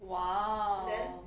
!wow!